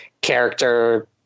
character